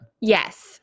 Yes